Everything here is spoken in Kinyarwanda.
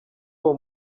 uwo